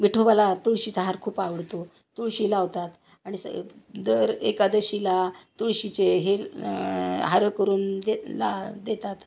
विठोबाला तुळशीचा हार खूप आवडतो तुळशी लावतात आणि स दर एकादशीला तुळशीचे हे हार करून दे ला देतात